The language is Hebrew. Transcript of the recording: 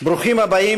ברוכים הבאים,